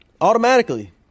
Automatically